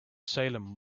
salem